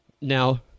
Now